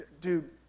Dude